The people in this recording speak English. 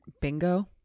bingo